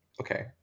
okay